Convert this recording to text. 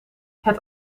het